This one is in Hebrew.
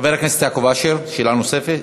חבר הכנסת יעקב אשר, שאלה נוספת.